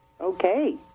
Okay